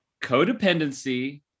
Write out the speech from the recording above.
Codependency